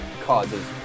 causes